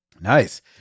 Nice